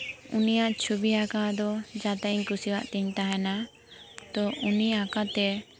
ᱩᱱᱤᱭᱟᱜ ᱪᱷᱚᱵᱤ ᱟᱸᱠᱟᱣ ᱫᱚ ᱡᱟᱼᱛᱟᱭᱤᱧ ᱠᱩᱥᱤᱭᱟᱜ ᱛᱤᱧ ᱛᱟᱦᱮᱱᱟ ᱛᱚ ᱩᱱᱤ ᱟᱸᱠᱟᱣ ᱛᱮ